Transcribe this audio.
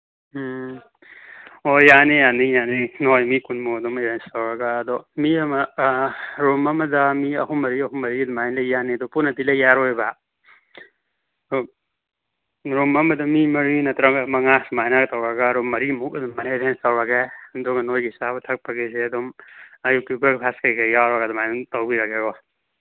ꯎꯝ ꯍꯣꯏ ꯌꯥꯅꯤ ꯌꯥꯅꯤ ꯌꯥꯅꯤ ꯅꯣꯏ ꯃꯤ ꯀꯨꯟꯃꯨꯛ ꯑꯗꯨꯝ ꯑꯦꯔꯦꯟꯖ ꯇꯧꯔꯒ ꯑꯗꯣ ꯃꯤ ꯑꯃ ꯔꯨꯝ ꯑꯃꯗ ꯃꯤ ꯑꯍꯨꯝ ꯃꯔꯤ ꯑꯍꯨꯝ ꯃꯔꯤ ꯑꯗꯨꯃꯥꯏꯅ ꯂꯩ ꯌꯥꯅꯤ ꯑꯗꯨ ꯄꯨꯟꯅꯗꯤ ꯂꯩ ꯌꯥꯔꯣꯏꯕ ꯔꯨꯝ ꯑꯃꯗ ꯃꯤ ꯃꯔꯤ ꯅꯠꯇ꯭ꯔꯒ ꯃꯉꯥ ꯁꯨꯃꯥꯏꯅ ꯇꯧꯔꯒ ꯔꯨꯝ ꯃꯔꯤꯃꯨꯛ ꯁꯨꯃꯥꯏꯅ ꯑꯦꯔꯦꯟꯖ ꯇꯧꯔꯒꯦ ꯑꯗꯨꯒ ꯅꯣꯏꯒꯤ ꯆꯥꯕ ꯊꯛꯄꯒꯤꯁꯦ ꯑꯗꯨꯝ ꯑꯌꯨꯛꯀꯤ ꯕ꯭ꯔꯦꯛꯐꯥꯁ ꯀꯔꯤ ꯀꯔꯤ ꯌꯥꯎꯔꯒ ꯑꯗꯨꯃꯥꯏꯅ ꯑꯗꯨꯝ ꯇꯧꯕꯤꯔꯒꯦꯀꯣ